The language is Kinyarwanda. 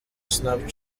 snapchat